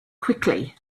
quickly